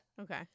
Okay